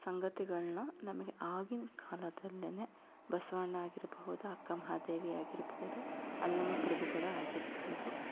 ಸಂಗತಿಗಳನ್ನು ನಮಗೆ ಆಗಿನ ಕಾಲದಲ್ಲೆನೇ ಬಸವಣ್ಣ ಆಗಿರ್ಬಹುದು ಅಕ್ಕಮಹಾದೇವಿ ಆಗಿರ್ಬಹುದು ಅಲ್ಲಮ ಪ್ರಭುಗಳು ಆಗಿರ್ಬಹುದು